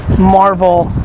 marvel,